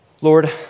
Lord